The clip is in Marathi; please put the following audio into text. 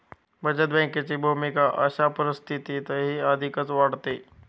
बचत बँकेची भूमिका अशा परिस्थितीत अधिकच वाढते